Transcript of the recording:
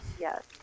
Yes